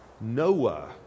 Noah